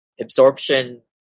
Absorption